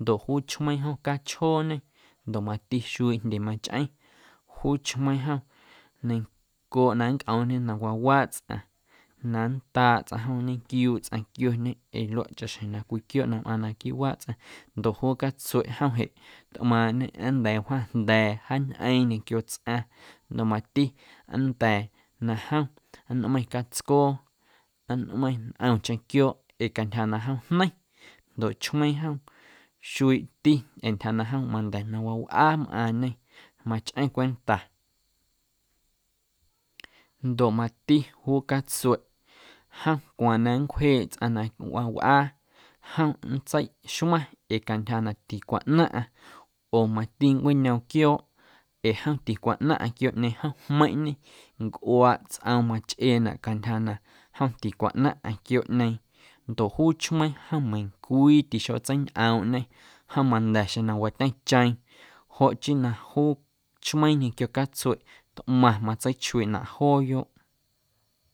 ndoꞌ juu chmeiiⁿ jom cachjooñe ndoꞌ mati xuiiꞌ jndye machꞌeⁿ juu chmeiiⁿ jom neiⁿncooꞌ na nncꞌoomñe na wawaaꞌ tsꞌaⁿ na nndaaꞌ tsꞌaⁿ nñenquiuuꞌ tsꞌaⁿ quioñe ee luaꞌ chaꞌxjeⁿ na cwii quiooꞌ na mꞌaaⁿ naquiiꞌ waaꞌ tsꞌaⁿ ndoꞌ juu catsueꞌ jom jeꞌ tꞌmaaⁿñe nnda̱a̱ wjaⁿ jnda̱a̱ jaañꞌeeⁿ ñequio tsꞌaⁿ ndoꞌ mati nnda̱a̱ na jom nꞌmeiⁿ catscoo nꞌmeiⁿ ntꞌomcheⁿ quiooꞌ ee cantyja na jom jneiⁿ ndoꞌ chmeiiⁿ jom xuiiti ee n tyja na jom manda̱ na wawꞌaa mꞌaaⁿñe machꞌeⁿ cwenta ndoꞌ mati juu catsueꞌ jom cwaaⁿ na nncwjeeꞌ tsꞌaⁿ na wawꞌaa jom nntseixmaⁿ ee cantyja na ticwaꞌnaⁿꞌaⁿ oo mati nncweꞌñoom quiooꞌ ee jom ticwaꞌnaⁿꞌaⁿ quiooꞌñeeⁿ jom jmeiⁿꞌñe, ncꞌuaaꞌ tsꞌoom machꞌeenaꞌ cantya na jom ticwaꞌnaⁿꞌaⁿ quiooꞌñeeⁿ ndoꞌ juu chmeiiⁿ jom meiⁿcwii tixotseiñꞌoomꞌñe jom manda̱ xeⁿ na watyeⁿcheeⁿ joꞌ chii na juu chmeiiⁿ ñequio catsueꞌ tꞌmaⁿ matseichuiiꞌnaꞌ jooyoꞌ.